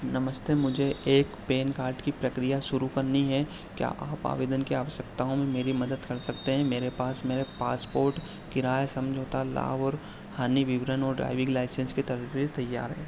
नमस्ते मुझे एक पैन कार्ड की प्रक्रिया शुरू करनी है क्या आप आवेदन की आवश्यकताओं में मेरी मदद कर सकते हैं मेरे पास मेरा पासपोर्ट किराया समझौता लाभ और हानि विवरण और ड्राइविन्ग लाइसेन्स के दस्तावेज़ तैयार हैं